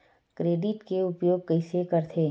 Credit के उपयोग कइसे करथे?